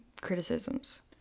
criticisms